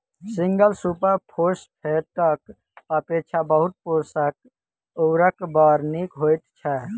single super फौसफेटक अपेक्षा बहु पोषक उर्वरक बड़ नीक होइत छै